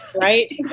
right